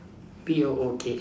B O O K S